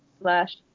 slash